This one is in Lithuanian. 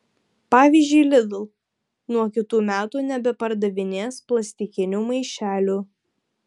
pavyzdžiui lidl nuo kitų metų nebepardavinės plastikinių maišelių